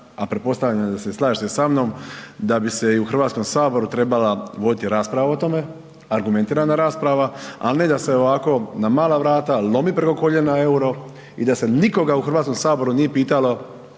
a pretpostavljam da se slažete samnom da bi se i u Hrvatskom saboru trebala voditi rasprava o tome argumentirana rasprava, ali ne da se ovako na mala vrata lomi preko koljena euro i da se nikoga u Hrvatskom saboru nije pitalo